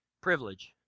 Privilege